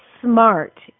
SMART